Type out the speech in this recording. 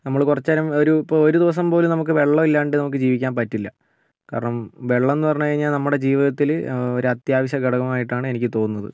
നമ്മൾ കുറച്ചുനേരം ഒരു ഇപ്പോൾ ഒരു ദിവസം പോലും നമുക്ക് വെള്ളമില്ലാണ്ട് നമുക്ക് ജീവിക്കാൻ പറ്റില്ല കാരണം വെള്ളം എന്നു പറഞ്ഞു കഴിഞ്ഞാൽ നമ്മുടെ ജീവിതത്തിൽ ഒരു അത്യാവശ്യ ഘടകമായിട്ടാണ് എനിക്ക് തോന്നുന്നത്